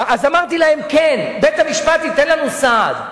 אז אמרתי להם: כן, בית-המשפט ייתן לנו סעד.